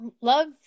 Love